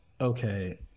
okay